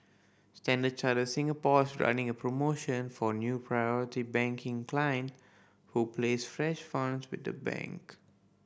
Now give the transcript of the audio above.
Standard Chartered Singapore is running a promotion for new Priority Banking client who place fresh funds with the bank